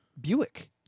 Buick